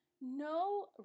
no